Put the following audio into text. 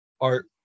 art